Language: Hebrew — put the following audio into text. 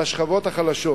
על השכבות החלשות.